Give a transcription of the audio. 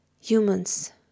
Humans